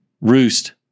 Roost